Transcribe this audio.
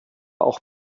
auch